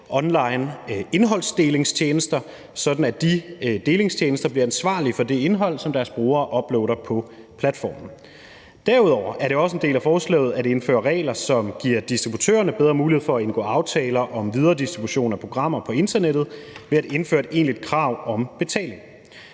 sådan at de delingstjenester bliver ansvarlige for det indhold, som deres brugere uploader på platformen. Derudover er det også en del af forslaget at indføre regler, som giver distributørerne bedre mulighed for at indgå aftaler om videredistribution af programmer på internettet ved at indføre et egentligt krav om betaling.